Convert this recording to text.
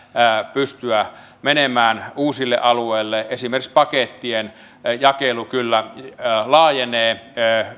pystyä menemään uusille alueille esimerkiksi pakettien jakelu kyllä laajenee